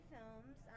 Films